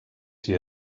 she